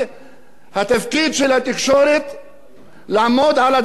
לעמוד על הדברים האלה ולעזור לנו,